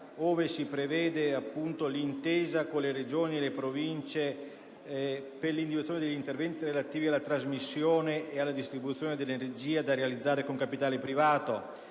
Grazie,